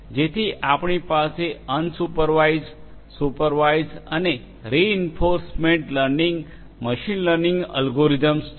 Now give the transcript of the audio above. જેથી આપણી પાસે અનસુપરવાઇઝડ સુપરવાઇઝડ અને reinforcement learning machine learning algorithms છે